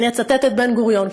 אני אצטט את בן-גוריון.